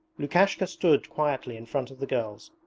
lukashka stood quietly in front of the girls,